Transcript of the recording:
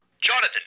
Jonathan